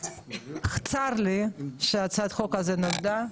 צר לי שהצעת החוק הזו נולדה,